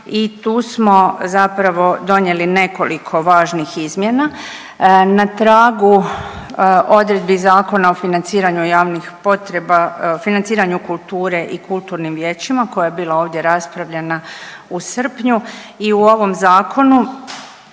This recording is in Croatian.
i tu smo zapravo donijeli nekoliko važnih izmjena na tragu odredbi Zakona o financiranju javnih potreba, financiranju kulture i kulturnim vijećima koja je bila ovdje raspravljena u srpnju. I u ovom zakonu